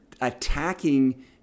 attacking